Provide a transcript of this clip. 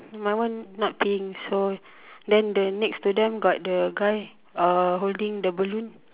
my one not peeing so then the next to them got the guy uh holding the balloon